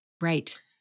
Right